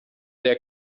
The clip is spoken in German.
der